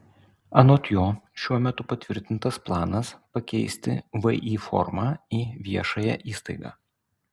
anot jo šiuo metu patvirtintas planas pakeisti vį formą į viešąją įstaigą